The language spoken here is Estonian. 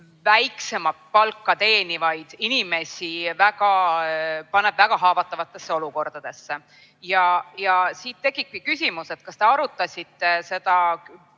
väiksemat palka teenivaid inimesi väga haavatavatesse olukordadesse. Siit tekibki küsimus: kas te arutasite seda